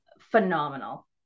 phenomenal